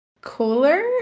cooler